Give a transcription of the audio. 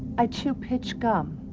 i chew pitch gum.